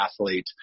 athlete